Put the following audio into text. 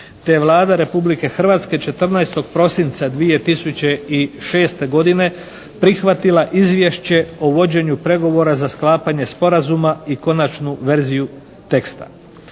je Vlada Republike Hrvatske 14. prosinca 2006. godine prihvatila izvješće o vođenju pregovora za sklapanje sporazuma i konačnu verziju teksta.